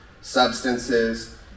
substances